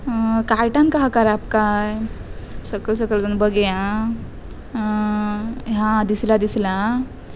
कार्टान कशें करप काय सकयल सकयल येवन बगया आं हा दिसलां दिसलां आं